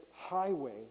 highway